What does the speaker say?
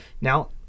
Now